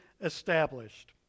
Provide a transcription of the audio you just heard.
established